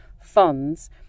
funds